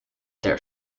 their